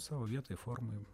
savo vietoj formoj